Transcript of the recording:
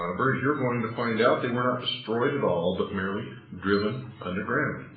however, as you're going to find out, they were not destroyed at all, but merely driven underground.